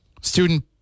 student